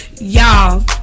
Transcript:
Y'all